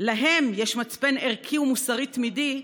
להם יש מצפן ערכי ומוסרי תמידי,